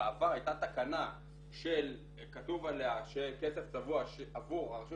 בעבר הייתה תקנה שכתוב עליה שכסף צבוע עבור הרשות